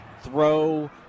throw